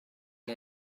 mae